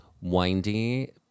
windy